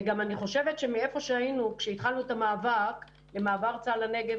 ואני גם חושב שמאיפה שהיינו כשהתחלנו את המאבק של מעבר צה"ל נגב,